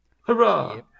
Hurrah